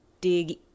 dig